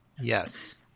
Yes